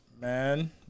Man